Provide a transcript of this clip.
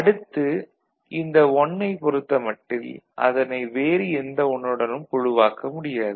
அடுத்து இந்த "1" ஐ பொறுத்தமட்டில் அதனை வேறு எந்த "1" உடனும் குழுவாக்க முடியாது